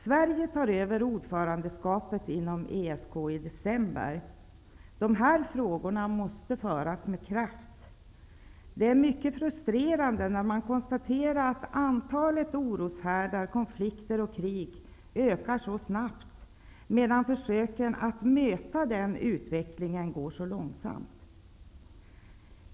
Sverige tar över ordförandeskapet inom ESK i december. De här frågorna måste föras med kraft. Det är mycket frustrerande när man konstaterar att antalet oroshärdar, konflikter och krig ökar så snabbt, medan försöken att möta den utvecklingen går så långsamt.